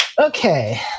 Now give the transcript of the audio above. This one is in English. Okay